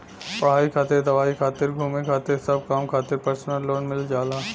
पढ़ाई खातिर दवाई खातिर घुमे खातिर सब काम खातिर परसनल लोन मिल जाला